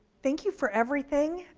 thank you for everything,